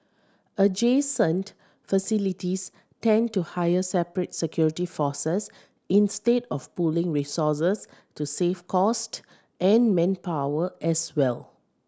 adjacent facilities tend to hire separate security forces instead of pooling resources to save cost and manpower as well